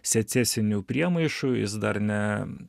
secesinių priemaišų jis dar ne